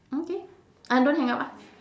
okay uh don't hang up ah